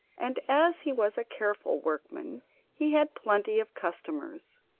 and as he was a careful workman he had plenty of customers.